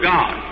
God